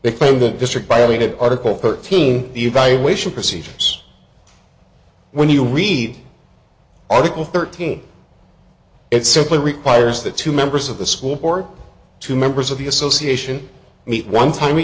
they claim that district violated article thirteen evaluation procedures when you read article thirteen it simply requires that two members of the school board two members of the association meet one time